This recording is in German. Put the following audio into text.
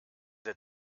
der